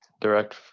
direct